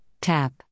Tap